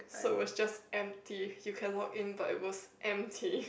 so it was just empty you can log in but it was empty